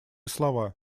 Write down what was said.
слова